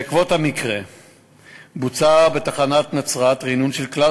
3. בעקבות המקרה בוצע בתחנת נצרת רענון של כלל